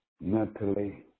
mentally